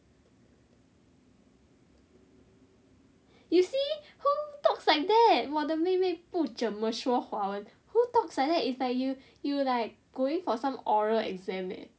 you see who talks like that 我的妹妹不怎么说华文的 who talks like that is like you you like going for some oral exam